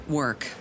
work